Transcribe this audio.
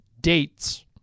dates